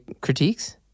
critiques